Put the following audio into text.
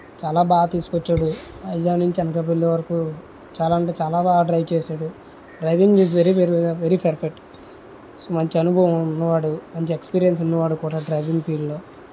చాలా బాగా తీసుకొచ్చాడు వైజాగ్ నుంచి అనకాపల్లి వరకు చాలా అంటే చాలా బాగా డ్రైవ్ చేశాడు driving is very very perfect మంచి అనుభవం ఉన్నవాడు మంచి ఎక్స్పిరియన్స్ ఉన్నవాడు కూడా డ్రైవింగ్ ఫిల్డ్లో